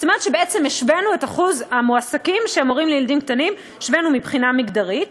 כלומר השווינו את אחוז המועסקים שהם הורים לילדים קטנים מבחינה מגדרית.